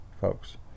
folks